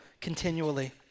continually